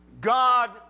God